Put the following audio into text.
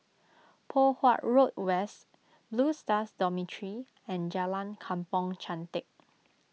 Poh Huat Road West Blue Stars Dormitory and Jalan Kampong Chantek